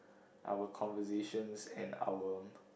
our conversations and our